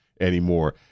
anymore